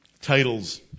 titles